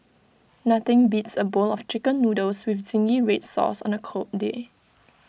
nothing beats A bowl of Chicken Noodles with Zingy Red Sauce on A cold day